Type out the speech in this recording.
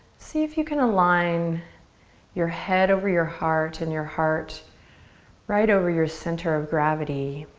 see if you can align your head over your heart and your heart right over your center of gravity.